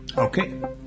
Okay